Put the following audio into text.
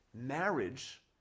marriage